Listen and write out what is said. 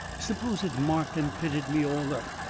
suppose it marked and pitted me all up?